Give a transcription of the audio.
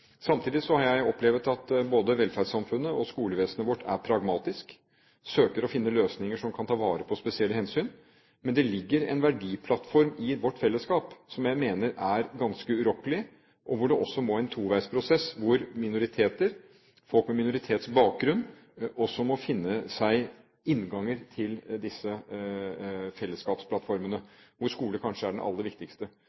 Samtidig har jeg opplevd at både velferdssamfunnet og skolevesenet vårt er pragmatisk og søker å finne løsninger som kan ta vare på spesielle hensyn. Men det ligger en verdiplattform i vårt fellesskap som jeg mener er ganske urokkelig, og hvor det også må være en toveisprosess hvor minoriteter – folk med minoritetsbakgrunn – også må finne seg innganger til disse